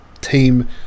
Team